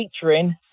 featuring